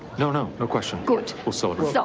no, no no question, we'll celebrate. so